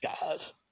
guys